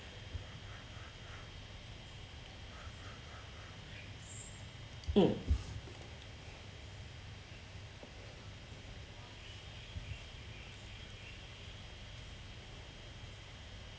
mm